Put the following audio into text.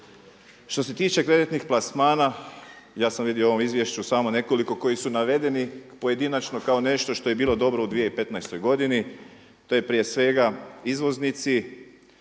Što se tiče kreditnih plasmana, ja sam vidio u ovom izvješću samo nekoliko koji su navedeni pojedinačno kao nešto što je bilo dobro u 2015. godini, to je prije svega izvoznici